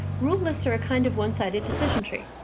rule lists are a kind of one-sided decision tree.